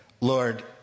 Lord